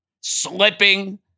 slipping